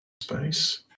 Space